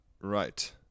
Right